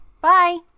Bye